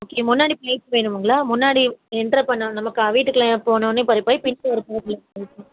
okay முன்னாடி place வேணுமுங்களா முன்னாடி எண்ட்ரு பண்ண நமக்கு வீட்டுக்குள்ளே போனோடனே கொஞ்சம் போய் முன்னாடி கொஞ்சம் ப்ளேஸ் இருக்கும்